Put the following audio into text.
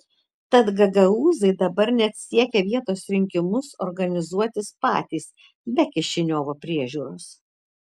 tad gagaūzai dabar net siekia vietos rinkimus organizuotis patys be kišiniovo priežiūros